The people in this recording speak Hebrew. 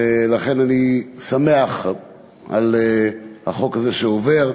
לכן אני שמח על החוק הזה, שעבר,